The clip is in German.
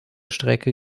strecke